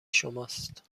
شماست